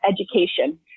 education